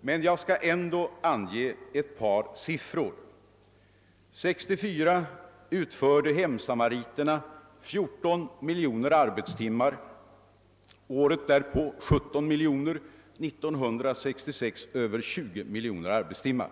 Men jag skall ändå ange ett par siffror. 1964 utförde hemsamariterna 14 miljoner arbetstimmar, året därpå 17 miljoner och år 1966 över 20 miljoner arbetstimmar.